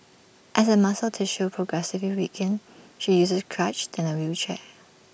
as her muscle tissue progressively weakened she used crutches then A wheelchair